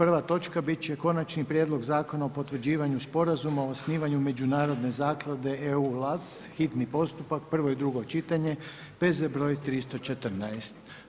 Prva točka biti će Konačni prijedlog zakona o potvrđivanju sporazuma o osnivanju međunarodne zaklade EU-LAC, hitni postupak, prvo i drugo čitanje, P.Z. broj 314.